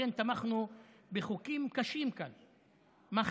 לכן תמכנו כאן בחוקים קשים ומחמירים,